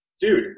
dude